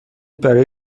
برای